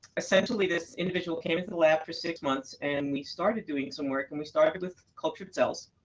essentially, this individual came into the lab for six months, and we started doing some work. and we started with cultured cells,